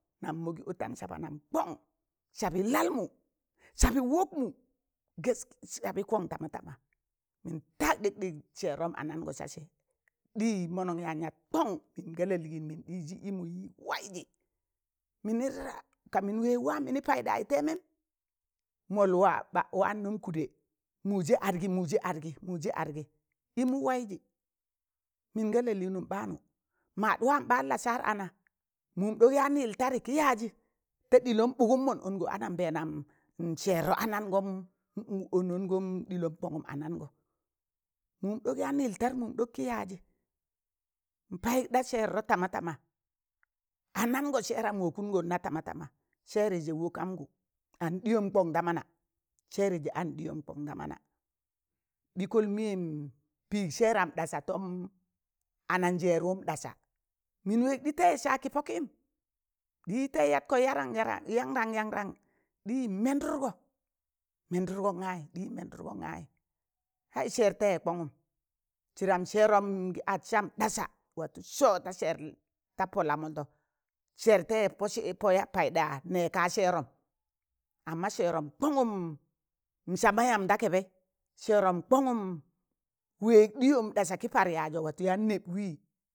Nam mọnị ọtam saba nam kọn sabị lal mụ, sabị wọkmụ sabị kọn tamatama mịn tag ɗịkɗịk sẹẹro anam gụ sasẹ, ɗịyị mọnọn yaan yaat kọn, mịn ga lalịịnụm mịn ɗịịzịn ịm waịzị mịnị ka mịn wẹẹg wam mịnị payịn ɗayị tẹẹmẹm mọl waanụn kụdẹ mụze adgị, mụzẹ adge, ịmụ waịzị mịn ga lalịịnụm ɓaanụ, mad wan ɓaan lasaar ana mụn ɗok yaan ịl tadị kị yaazị, ta ɗịlom bụgụm mọn ọnọ anambẹẹna n sẹẹrọ anangọn n ọnọnọm ɗịlọn kọnụm anan, a mụn ɗọk yaan ịl tag mụm ɗọk kị yaazị n payụk da sẹẹro tamatama anangọ sẹẹram wakụnọ tamatama, sẹẹrị wokunna an ɗịyọn kọn ta mana, sẹẹrị an ɗịyọn kọn ta manọ, ɓịkọị mịyẹm pịịg seeram ɗasa tọm ananjerwụm ɗasa mịn wẹẹg ɗị taịzẹ sag kị pokịm ɗị taịzẹ yat kọ yarann yarann yatkọ yanran yanrann yanrann yatkọ yanran yanyarn ɗị taịzẹ mẹndutgọ, mẹndụtgọ gayị, ɗịyị mẹndụtgan gayị hai!!! sẹẹr taị kongụm, sịdam sẹẹrọm gị ad sam ɗasa watụ sọ ta sẹẹr ta pọ la mọldọ sẹẹr taịzẹ pọ sịpọ paịɗa nẹ kaa sẹẹrọm amma sẹẹrọm kọnụm n sama yamb da kẹbẹị, sẹẹrọm kọngụm, wẹẹg ɗịyọm ɗasa kị par yaazọ watụ yaan nẹb wị.